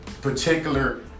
particular